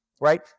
Right